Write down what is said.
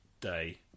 day